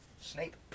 Snape